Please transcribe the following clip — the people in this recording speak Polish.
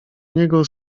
niego